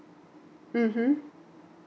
mmhmm